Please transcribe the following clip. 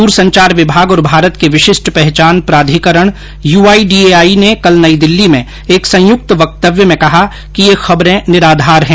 दूर संचार विभाग और भारत के विशिष्ट पहचान प्राधिकरण यूआईडीएआई ने कल नई दिल्ली में एक संयुक्त वक्तव्य में कहा कि ये खबरें निराधार हैं